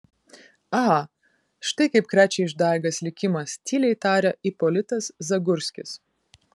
a štai kaip krečia išdaigas likimas tyliai tarė ipolitas zagurskis